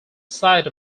site